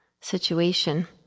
situation